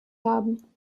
haben